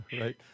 Right